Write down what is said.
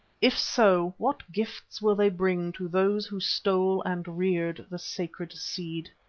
if so, what gifts will they bring to those who stole and reared the sacred seed?